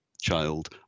child